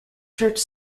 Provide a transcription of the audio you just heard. church